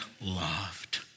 loved